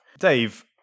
Dave